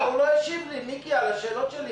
רגע, הוא לא השיב על השאלות שלי.